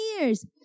years